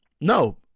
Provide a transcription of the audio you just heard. No